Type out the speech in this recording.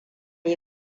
yi